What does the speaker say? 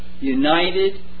united